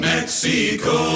Mexico